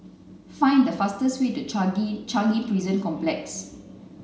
find the fastest way to Changi Changi Prison Complex